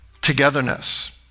togetherness